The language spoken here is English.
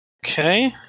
Okay